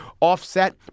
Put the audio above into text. offset